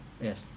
Yes